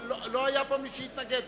אבל לא היה פה מי שיתנגד.